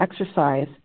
exercise